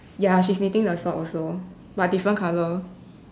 ya she's knitting the sock also but different colour